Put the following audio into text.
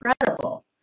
incredible